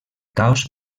caos